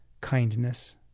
kindness